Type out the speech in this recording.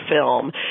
film